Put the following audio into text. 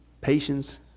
patience